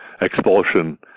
expulsion